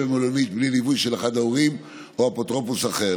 במלונית בלי ליווי של אחד ההורים או אפוטרופוס אחר.